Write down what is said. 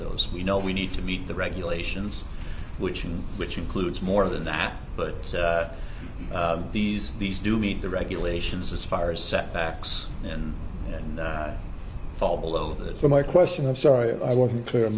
those you know we need to meet the regulations which which includes more than that but these these do meet the regulations as far as setbacks and fall below for my question i'm sorry i wasn't clear